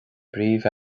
bpríomh